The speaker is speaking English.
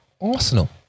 Arsenal